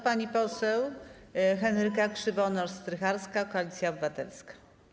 Pani poseł Henryka Krzywonos-Strycharska, Koalicja Obywatelska.